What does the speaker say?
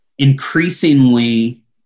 Increasingly